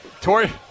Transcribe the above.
Tori